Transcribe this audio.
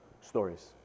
stories